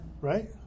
right